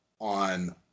on